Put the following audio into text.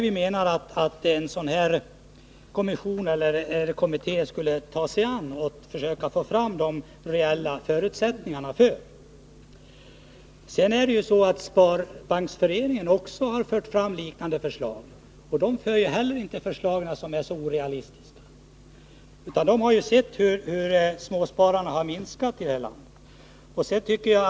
Vi menar att en kommitté skulle ta sig an denna fråga och försöka få fram de reella förutsättningarna för sparstimulanser. Även Sparbanksföreningen har fört fram liknande förslag. Inte heller de är orealistiska. Sparbanksföreningen har sett hur småsparandet har minskat i detta land.